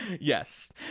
Yes